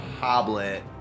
Hoblet